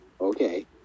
okay